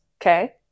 Okay